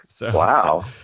Wow